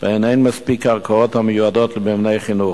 שבהן אין מספיק קרקעות המיועדות למבני חינוך.